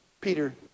Peter